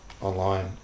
Online